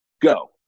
go